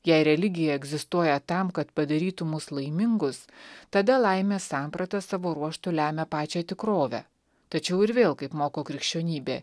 jei religija egzistuoja tam kad padarytų mus laimingus tada laimės samprata savo ruožtu lemia pačią tikrovę tačiau ir vėl kaip moko krikščionybė